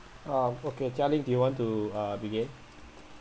um okay jia-ling do you want to uh begin